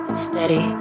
steady